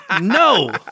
No